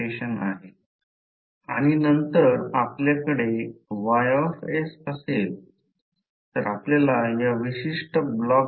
flux line म्हणजे करंटच्या सभोवतालचा एक बंद मार्ग आहे असा की मग्नेटिक फोर्स लाईन भोवतीच्या सर्व बिंदूला टॅनजेन्शियल आहे